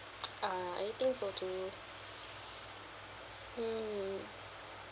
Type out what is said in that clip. uh anything sold to me mm